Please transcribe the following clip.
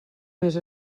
més